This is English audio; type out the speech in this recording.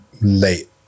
late